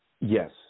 Yes